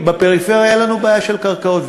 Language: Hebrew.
בפריפריה אין לנו בעיה של קרקעות,